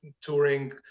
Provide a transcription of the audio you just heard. touring